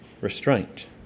restraint